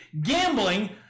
gambling